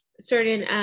certain